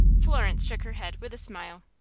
florence shook her head, with a smile.